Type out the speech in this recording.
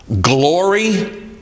glory